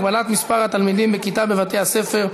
הגבלת מספר התלמידים בכיתה בבתי-הספר),